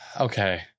okay